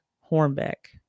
Hornbeck